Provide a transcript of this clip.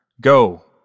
Go